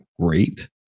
great